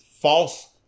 false